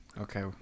Okay